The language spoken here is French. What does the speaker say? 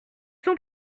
sont